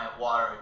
water